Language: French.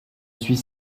suis